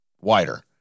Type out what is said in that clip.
wider